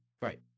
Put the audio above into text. Right